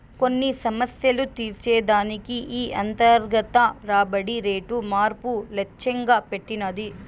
కొన్ని సమస్యలు తీర్చే దానికి ఈ అంతర్గత రాబడి రేటు మార్పు లచ్చెంగా పెట్టినది